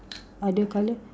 other colour